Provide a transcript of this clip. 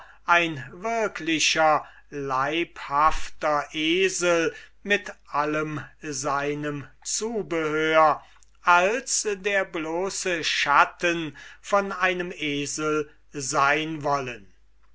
ein wirklicher leibhafter esel mit all seinem zubehör als der bloße schatten von einem esel sein wollen